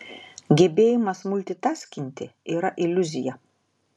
gebėjimas multitaskinti yra iliuzija